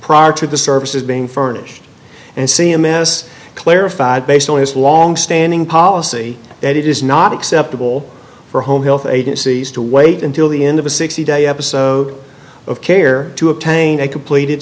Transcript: prior to the services being furnished and c m s clarified based on his longstanding policy that it is not acceptable for home health agencies to wait until the end of a sixty day episode of care to obtain a completed